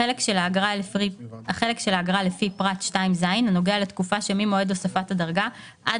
- החלק של האגרה לפי פרט 2ז הנוגע לתקופה שממועד הוספת הדרגה עד